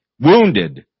wounded